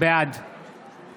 בעד גילה גמליאל,